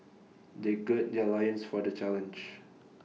they gird their loins for the challenge